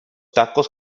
tacos